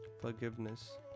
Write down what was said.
Forgiveness